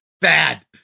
Bad